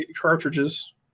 cartridges